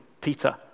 Peter